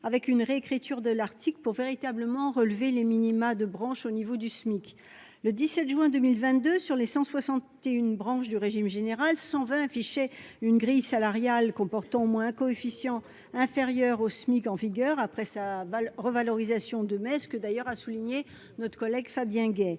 article de manière à aboutir à un relèvement réel des minima de branche au niveau du SMIC. Au 17 juin 2022, sur les 171 branches du régime général, 120 affichaient une grille salariale comportant au moins un coefficient inférieur au SMIC en vigueur après sa revalorisation de mai dernier, comme l'a souligné notre collègue Fabien Gay.